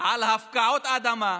על הפקעות אדמה,